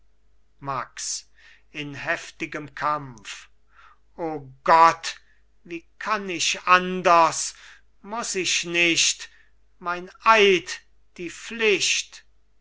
max in heftigem kampf o gott wie kann ich anders muß ich nicht mein eid die pflicht